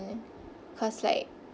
cause like